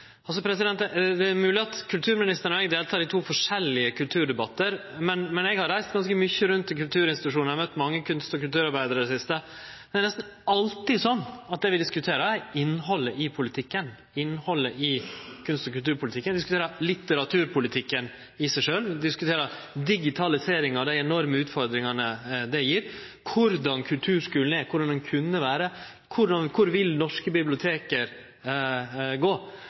Det er mogleg at kulturministeren og eg deltek i to forskjellige kulturdebattar, men eg har reist ganske mykje rundt til kulturinstitusjonar og møtt mange kunst- og kulturarbeidarar i det siste, og det er nesten alltid sånn at det vi diskuterer, er innhaldet i kunst- og kulturpolitikken. Vi diskuterer litteraturpolitikken i seg sjølv, digitalisering og dei enorme utfordringane det gjev, korleis kulturskulen er og korleis den kunne vere og kvar norske bibliotek vil gå.